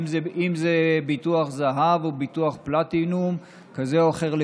אם זה ביטוח זהב או ביטוח פלטינום כזה או אחר,